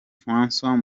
francois